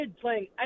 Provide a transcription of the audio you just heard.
playing